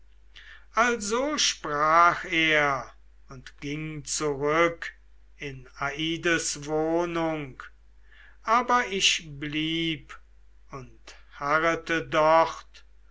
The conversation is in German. also sprach er und ging zurück in aides wohnung aber ich blieb und harrete dort